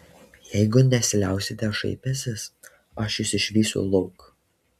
jeigu nesiliausite šaipęsis aš jus išvysiu lauk